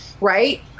Right